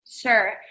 Sure